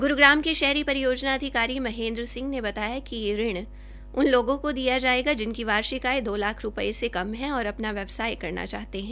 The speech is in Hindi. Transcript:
ग्रूग्राम के शहरीपरियोजना अधिकारी महेन्द्र सिंह ने बताया कि यह ऋण उन लोगों को दिया जायेगा जिनकी वार्षिक आया दो रूपये से कम हो और अपना व्यवसाय करना चाहते है